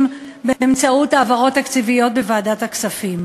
באמצעות העברות תקציביות בוועדת הכספים.